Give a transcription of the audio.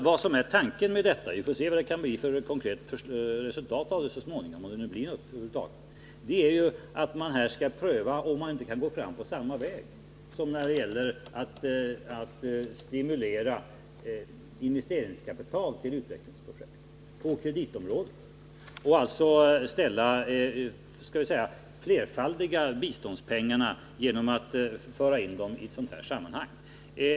Vad som är tanken med detta — vi får se vilket konkret resultat det kan bli så småningom, om det blir något över huvud taget — är ju att man här skall pröva, om man inte kan gå fram på samma väg som när det gäller att stimulera investeringskapital till utvecklingsprojekt på kreditområdet och alltså så att säga flerfaldiga biståndspengarna genom att ta in dem i ett sådant sammanhang.